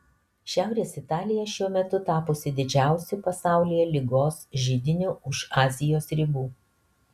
šiaurės italija šiuo metu tapusi didžiausiu pasaulyje ligos židiniu už azijos ribų